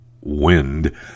wind